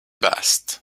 best